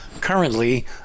currently